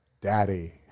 daddy